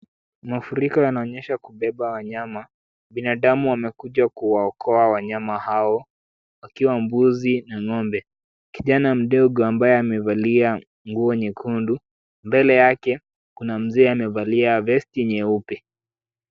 Mafuriko yanaonyesha kubeba wanyama, binadamu wamekuja kuwaokoa wanyama hao, wakiwa mbuzi na ng'ombe. Kijana mdogo ambaye amevalia nguo nyekundu, mbele yake kuna mzee amevalia vesti nyeupe.